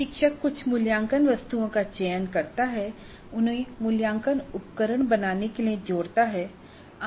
प्रशिक्षक कुछ मूल्यांकन वस्तुओं का चयन करता है उन्हें मूल्यांकन उपकरण बनाने के लिए जोड़ता है